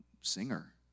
singer